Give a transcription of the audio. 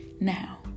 Now